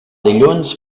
dilluns